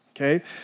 Okay